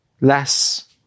less